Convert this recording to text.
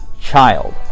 child